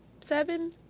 seven